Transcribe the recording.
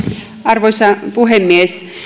arvoisa puhemies